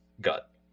gut